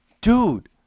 dude